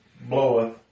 bloweth